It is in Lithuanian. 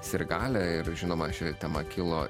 sirgalė ir žinoma ši tema kilo